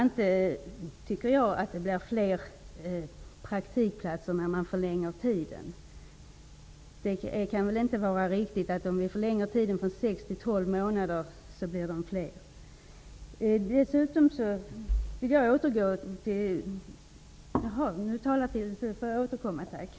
Inte tycker jag att det blir fler praktikplatser när man förlänger tiden för provanställning. Det kan väl inte vara riktigt att jobben blir fler om vi förlänger tiden för provanställning från sex till tolv månader.